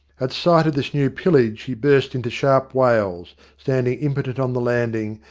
at sight of this new pillage he burst into sharp wails, standing impotent on the landing,